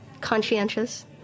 conscientious